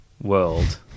world